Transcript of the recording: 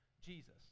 Jesus